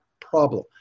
problem